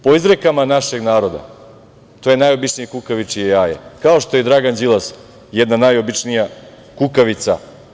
Po izrekama našeg naroda, to je najobičnije kukavičije jaje, kao što je Dragan Đilas jedno najobičnija kukavica.